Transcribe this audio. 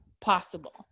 possible